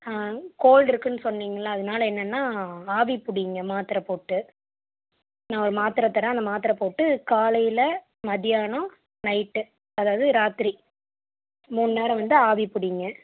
gold இருக்குதுன்னு சொன்னிங்கள அதனால என்னன்னா ஆவி பிடிங்க மாத்தரை போட்டு நான் ஒரு மாத்தரை தரேன் அந்த மாத்தரை போட்டு காலையில் மதியானம் நைட் அதாவது ராத்திரி மூன்று நேரம் வந்து ஆவி பிடிங்க